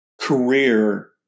career